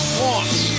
wants